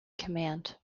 command